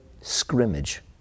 scrimmage